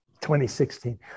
2016